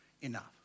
Enough